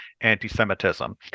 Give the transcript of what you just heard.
anti-Semitism